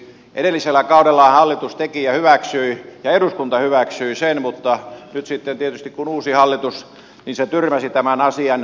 edellisellä kaudella hallitus teki ja hyväksyi ja eduskunta hyväksyi sen mutta nyt sitten tietysti kun on uusi hallitus niin se tyrmäsi tämän asian